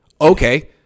Okay